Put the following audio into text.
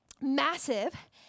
massive